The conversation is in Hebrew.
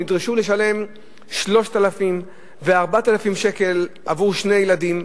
שנדרשו לשלם 3,000 ו-4,000 שקל עבור שני ילדים.